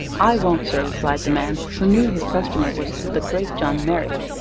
i won't, sir, replied the man, who knew his customer was the great john merrick,